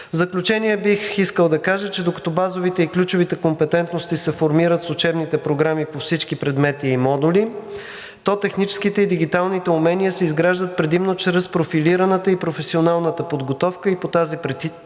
В заключение бих искал да кажа, че докато базовите и ключовите компетентности се формират с учебните програми по всички предмети и модули, то техническите и дигиталните умения се изграждат предимно чрез профилираната и професионалната подготовка и по тази причина